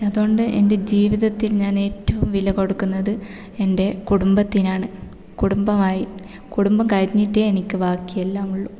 അതുകൊണ്ട് എൻ്റെ ജീവിതത്തിൽ ഞാൻ ഏറ്റവും വില കൊടുക്കുന്നത് എൻ്റെ കുടുംബത്തിനാണ് കുടുംബമായി കുടുംബം കഴിഞ്ഞിട്ടേ എനിക്ക് ബാക്കിയെല്ലാമുള്ളു